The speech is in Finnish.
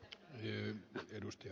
arvoisa puhemies